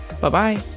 Bye-bye